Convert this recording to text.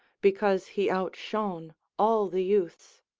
because he outshone all the youths.